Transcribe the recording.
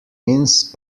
mince